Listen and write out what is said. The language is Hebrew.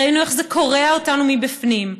ראינו איך זה קורע אותנו מבפנים,